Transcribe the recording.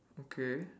okay